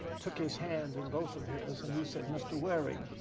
took his hand in both of his, and he said mr. waring,